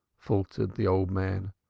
faltered the old man.